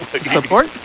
support